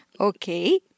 Okay